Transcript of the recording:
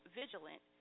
vigilant